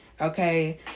Okay